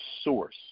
source